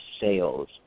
sales